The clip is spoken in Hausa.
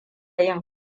yin